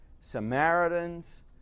Samaritans